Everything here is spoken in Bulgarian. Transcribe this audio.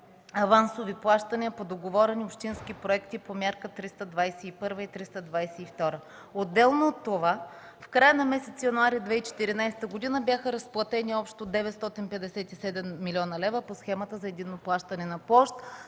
авансови плащания по договорени общински проекти по мерки 321 и 322. Отделно от това в края на месец януари 2014 г. бяха разплатени общо 957 млн. лв. по схемата за единно плащане на площ,